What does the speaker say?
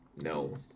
No